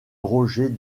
roger